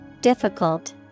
Difficult